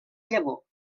llavor